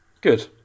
Good